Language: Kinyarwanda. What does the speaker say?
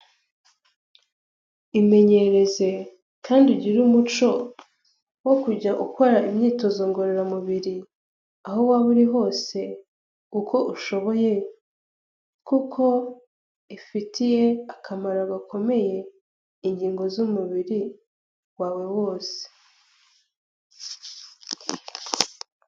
Imenyereze kandi ugire umuco wo kujya ukora imyitozo ngororamubiri, aho waba uri hose uko ushoboye, kuko ifitiye akamaro gakomeye ingingo z'umubiri wawe wose.